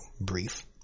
brief